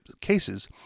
cases